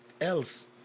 else